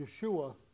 Yeshua